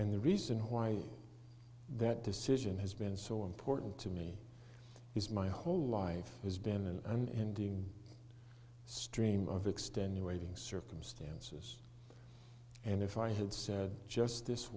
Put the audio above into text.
and the reason why that decision has been so important to me is my whole life has been and doing stream of extenuating circumstances and if i had said just